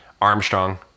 armstrong